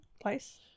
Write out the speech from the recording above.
place